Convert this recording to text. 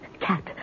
cat